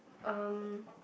um